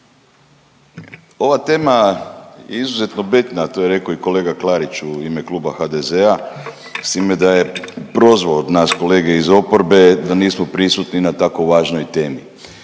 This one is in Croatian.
Ova tema je izuzetno bitna, a to je reko i kolega Klarić u ime kluba HDZ-a s time da je prozvo nas kolege iz oporbe da nismo prisutni na tako važnoj temi.